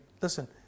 listen